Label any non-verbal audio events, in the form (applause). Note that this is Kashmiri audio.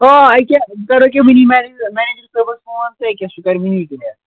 آ ییٚکیٛاہ بہٕ کَرو ییٚکیٛاہ وٕنی (unintelligible) مٮ۪نیجَر صٲبَس فون تہِ ییٚکیٛاہ سُہ کَرِ وٕنی (unintelligible)